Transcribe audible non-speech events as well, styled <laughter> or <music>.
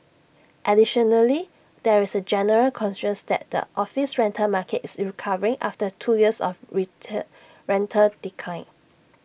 additionally there is A general consensus that the office rental market is recovering after two years of <unintelligible> rental decline